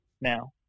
now